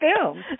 film